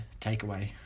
takeaway